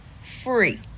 free